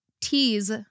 T's